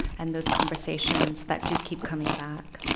and those conversations that do keep coming back.